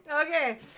Okay